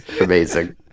Amazing